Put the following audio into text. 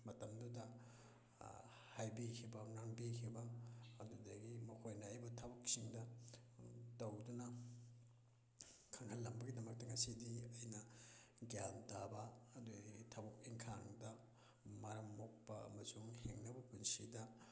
ꯃꯇꯝꯗꯨꯗ ꯍꯥꯏꯕꯤꯈꯤꯕ ꯉꯥꯡꯕꯤꯈꯤꯕ ꯑꯗꯨꯗꯒꯤ ꯃꯈꯣꯏꯅ ꯑꯩꯕꯨ ꯊꯕꯛꯁꯤꯡꯗ ꯇꯧꯗꯨꯅ ꯈꯪꯍꯜꯂꯝꯕꯒꯤꯗꯃꯛꯇ ꯉꯁꯤꯗꯤ ꯑꯩꯅ ꯒ꯭ꯌꯥꯟ ꯇꯥꯕ ꯑꯗꯨꯗꯒꯤ ꯊꯕꯛ ꯏꯪꯈꯥꯡꯗ ꯃꯔꯝ ꯃꯣꯛꯄ ꯑꯃꯁꯨꯡ ꯍꯤꯡꯅꯕ ꯄꯨꯟꯁꯤꯗ